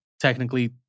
Technically